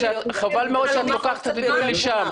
חבל מאוד שאת לוקחת את הדיון לשם.